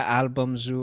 albums